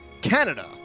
Canada